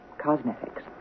cosmetics